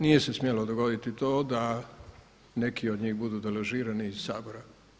Nije se smjelo dogoditi to da neki od njih budu deložirani iz Sabora.